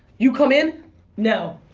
you come in no.